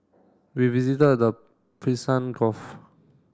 we visited the Gulf